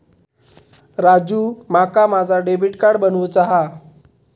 राजू, माका माझा debit card बनवूचा हा